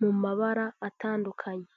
mu mabara atandukanye.